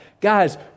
Guys